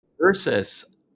versus